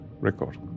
record